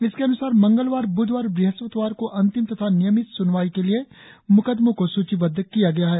इसके अन्सार मंगलवार बुधवार और बुहस्पतिवार को अंतिम तथा नियमित सुनवाई के लिए मुकदमों को सुचीबद्ध किया गया है